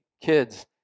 kids